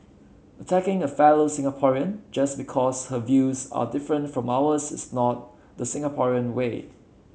attacking a fellow Singaporean just because her views are different from ours is not the Singaporean way